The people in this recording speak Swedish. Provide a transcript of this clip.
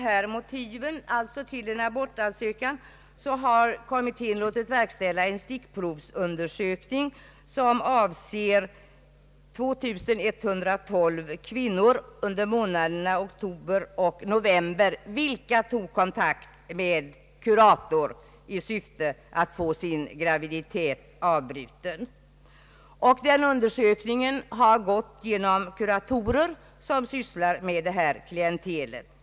För att få klarhet i dessa motiv har kommittén låtit verkställa en stickprovsundersökning under månaderna oktober och november, avseende 2112 kvinnor vilka tog kontakt med kurator i syfte att få sin graviditet avbruten. Undersökningen har utförts genom de kuratorer som arbetar med detta klientel.